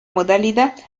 modalidad